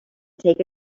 take